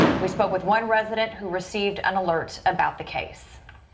we spoke with one resident who received an alert about the case.